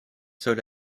sols